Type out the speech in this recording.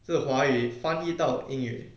是华语翻译到英语